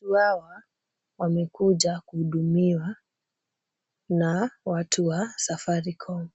Watu hawa wamekuja kuhudumiwa na watu wa Safaricom.